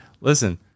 listen